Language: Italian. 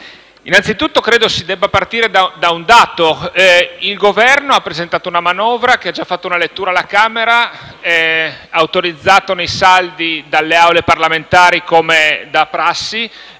innanzitutto credo si debba partire da un dato: il Governo ha presentato una manovra che ha già affrontato una lettura alla Camera, autorizzata nei saldi dalle Aule parlamentari come da prassi;